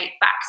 back